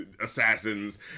assassins